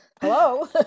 hello